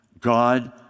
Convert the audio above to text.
God